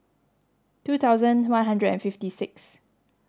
two thousand one hundred and fifty six